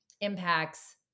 impacts